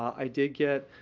i did get